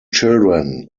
children